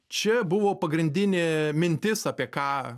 čia buvo pagrindinė mintis apie ką